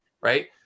Right